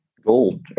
gold